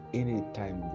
anytime